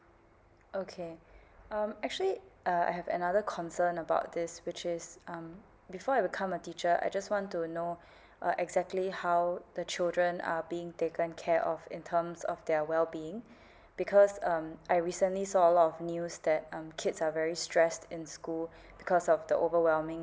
okay um actually uh I have another concern about this which is um before I become a teacher I just want to know uh exactly how the children are being taken care of in terms of their well being because um I recently saw a lot of news that um kids are very stressed in school because of the overwhelming